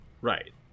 right